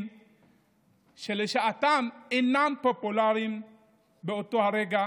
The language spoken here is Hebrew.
שלשעתם אינם פופולריים באותו הרגע,